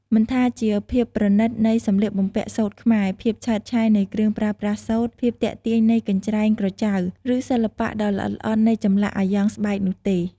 មិនថាជាភាពប្រណិតនៃសម្លៀកបំពាក់សូត្រខ្មែរ ភាពឆើតឆាយនៃគ្រឿងប្រើប្រាស់សូត្រ ភាពទាក់ទាញនៃកញ្រ្ចែងក្រចៅ ឬសិល្បៈដ៏ល្អិតល្អន់នៃចម្លាក់អាយ៉ងស្បែកនោះទេ។